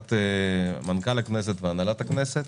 לבקשת מנכ"ל הכנסת והנהלת הכנסת.